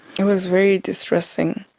it was very distressing.